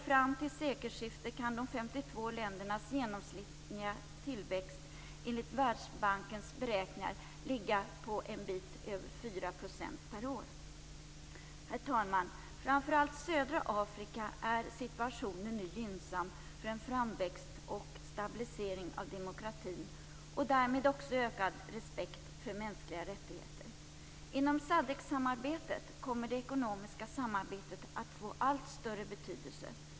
Fram till sekelskiftet kan de 52 ländernas genomsnittliga tillväxt enligt Världsbankens beräkningar ligga på över Herr talman! I framför allt södra Afrika är situationen nu gynnsam för en framväxt och stabilisering av demokratin och därmed också för ökad respekt för de mänskliga rättigheterna. Inom SADC-samarbetet kommer det ekonomiska samarbetet att få allt större betydelse.